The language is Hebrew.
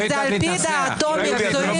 לא, זה על פי דעתו המקצועית.